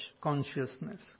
consciousness